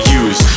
use